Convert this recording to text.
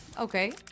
Okay